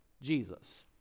jesus